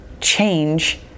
change